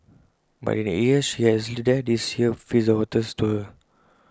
but in the eight years she has lived there this year feels the hottest to her